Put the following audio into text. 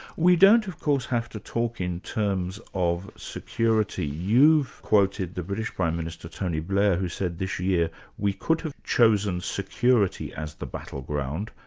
we don't of course have to talk in terms of security. you've quoted the british prime minister, tony blair who said this year we could have chosen security as the battleground,